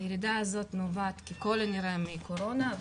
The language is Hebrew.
הירידה הזאת נובעת ככל הנראה מקורונה.